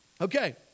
Okay